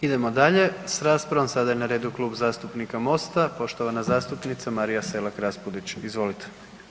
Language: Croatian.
Idemo dalje s raspravom, sada je na redu Klub zastupnika MOST-a, poštovana zastupnica Marija Selak Raspudić, izvolite.